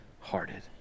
hearted